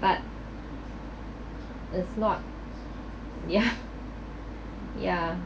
but it's not yeah yeah